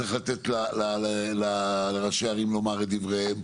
צריך לתת לראשי הערים לומר את דבריהם,